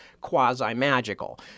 quasi-magical